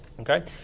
Okay